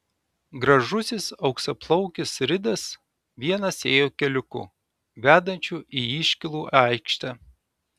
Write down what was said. gražusis auksaplaukis ridas vienas ėjo keliuku vedančiu į iškylų aikštę